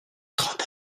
trente